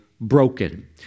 broken